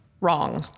Wrong